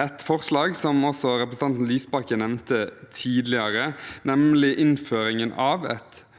et forslag, som også representanten Lysbakken nevnte tidligere i dag, om innføring av det